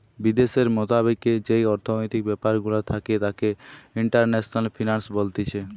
বিদ্যাশের মোতাবেক যেই অর্থনৈতিক ব্যাপার গুলা থাকে তাকে ইন্টারন্যাশনাল ফিন্যান্স বলতিছে